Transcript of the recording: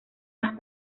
mas